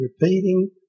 repeating